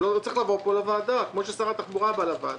הוא צריך לבוא פה לוועדה כמו ששר התחבורה בא לוועדה.